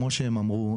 כמו שהם אמרו,